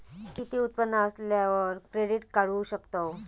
किती उत्पन्न असल्यावर क्रेडीट काढू शकतव?